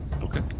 Okay